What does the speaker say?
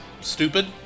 stupid